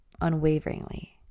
unwaveringly